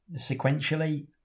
sequentially